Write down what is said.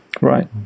right